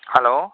hello